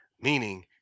Meaning